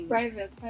Private